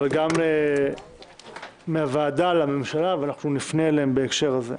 אבל גם מהוועדה לממשלה ואנחנו נפנה אליה בהקשר הזה.